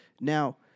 Now